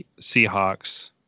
Seahawks